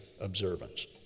observance